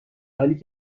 حالی